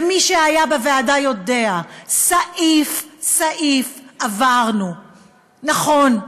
ומי שהיה בוועדה יודע: סעיף-סעיף עברנו, נכון,